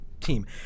Team